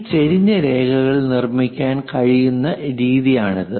ഈ ചെരിഞ്ഞ രേഖകൾ നിർമ്മിക്കാൻ കഴിയുന്ന രീതിയാണിത്